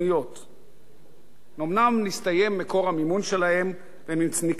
אומנם הסתיים מקור המימון שלהן והן נקלעו לצרה גדולה,